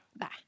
bye